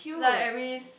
like every